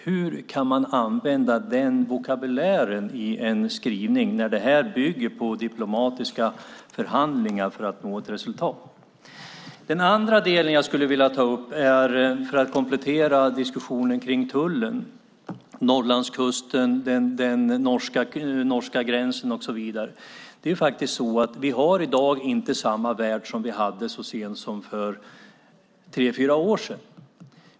Hur kan man använda den vokabulären i en skrivning när det här bygger på diplomatiska förhandlingar för att nå ett resultat? Den andra delen jag vill ta upp är en komplettering till diskussionen om tullen, Norrlandskusten och norska gränsen. Vi har i dag inte samma värld som vi hade så sent som för tre fyra år sedan.